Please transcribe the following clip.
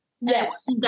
Yes